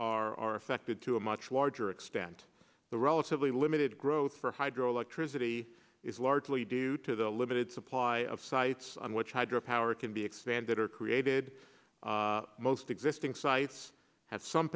source are affected to a much larger extent the relatively limited growth for hydro electricity is largely due to the limited supply of sites on which hydro power can be expanded or created most existing sites have some